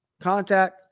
contact